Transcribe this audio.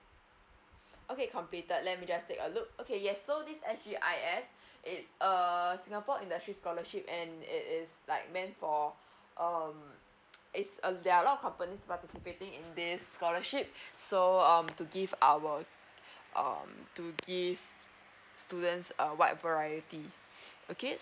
okay completed let me just take a look okay yes so this S_G_I_S it's err singapore industry scholarship and it is like meant for um it's err there are a lot of companies participating in this scholarship so um to give our um to give students a wide variety okay